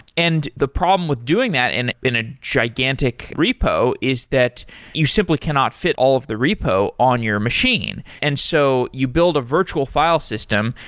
and the problem with doing that and in a gigantic repo is that you simply cannot fit all of the repo on your machine. and so you build a virtual file system,